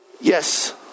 yes